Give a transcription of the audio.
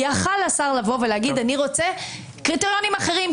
יכול היה השר לבוא ולהגיד: אני רוצה קריטריונים אחרים,